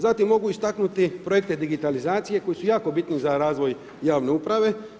Zatim mogu istaknuti Projekte digitalizacije koji su jako biti za razvoj javne uprave.